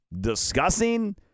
discussing